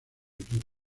equipo